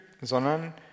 sondern